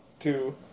Two